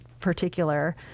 particular